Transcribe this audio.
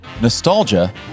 nostalgia